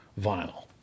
vinyl